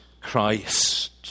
Christ